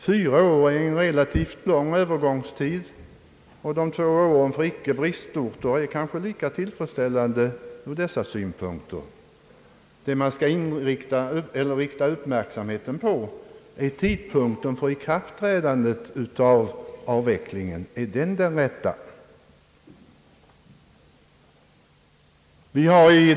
Fyra år på bristorterna är en relativt lång övergångstid, och två år för icke bristorter är nog lika tillfredsställande. Vad man skall rikta uppmärksamheten på är tidpunkten för avvecklingens ikraftträdande. Vilken tidpunkt är den rätta i det fallet?